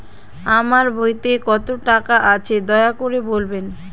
আমার বইতে কত টাকা আছে দয়া করে বলবেন?